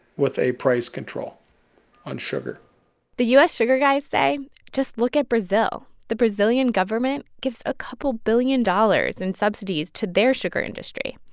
a price control on sugar the u s. sugar guys say just look at brazil. the brazilian government gives a couple billion dollars in subsidies to their sugar industry.